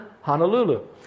Honolulu